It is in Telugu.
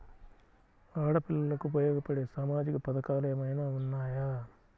ఆడపిల్లలకు ఉపయోగపడే సామాజిక పథకాలు ఏమైనా ఉన్నాయా?